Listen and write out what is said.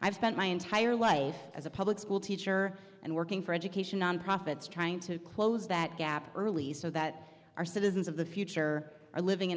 i've spent my entire life as a public school teacher and working for education nonprofits trying to close that gap early so that our citizens of the future are living in a